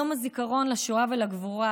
יום הזיכרון לשואה ולגבורה,